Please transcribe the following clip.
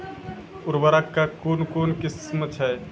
उर्वरक कऽ कून कून किस्म छै?